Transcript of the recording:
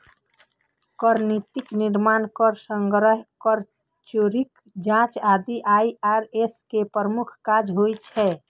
कर नीतिक निर्माण, कर संग्रह, कर चोरीक जांच आदि आई.आर.एस के प्रमुख काज होइ छै